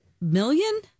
million